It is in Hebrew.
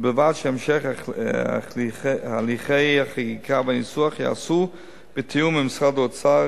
ובלבד שהמשך הליכי החקיקה והניסוח ייעשו בתיאום עם משרדי האוצר,